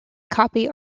copy